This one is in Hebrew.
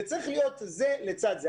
זה צריך להיות זה לצד זה.